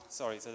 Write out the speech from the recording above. sorry